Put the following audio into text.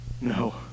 no